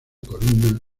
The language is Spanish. columnas